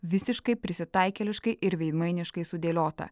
visiškai prisitaikėliškai ir veidmainiškai sudėliota